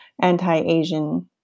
anti-Asian